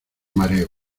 mareo